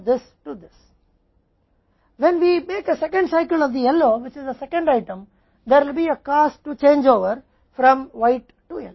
इससे बदलने के लिए लागत जब हम पीले रंग का दूसरा चक्र बनाते हैं जो कि दूसरा आइटम है तो सफेद से पीले रंग में बदलाव का खर्च आएगा